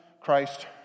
Christ